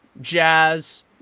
jazz